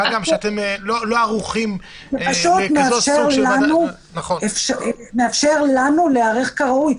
מה גם שאתם לא ערוכים --- זה פשוט מאפשר לנו להיערך כראוי.